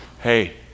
hey